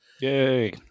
yay